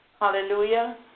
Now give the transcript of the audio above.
Hallelujah